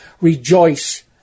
Rejoice